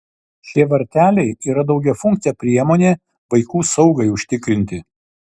šie varteliai yra daugiafunkcė priemonė vaikų saugai užtikrinti